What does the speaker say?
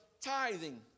tithing